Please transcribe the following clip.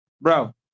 bro